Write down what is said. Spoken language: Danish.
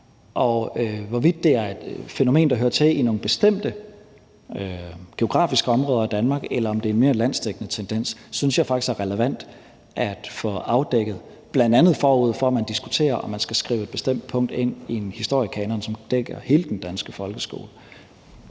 Og hvorvidt det er et fænomen, der hører til i nogle bestemte geografiske områder af Danmark, eller om det er en mere landsdækkende tendens, synes jeg faktisk er relevant at få afdækket, bl.a. forud for at man diskuterer, om man skal skrive et bestemt punkt ind i en historiekanon, som dækker hele den danske folkeskole.